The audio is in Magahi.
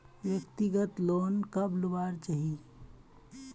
व्यक्तिगत लोन कब लुबार चही?